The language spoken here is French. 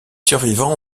survivants